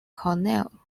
cornell